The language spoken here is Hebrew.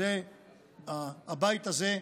הבית הזה,